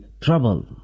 trouble